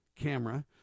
camera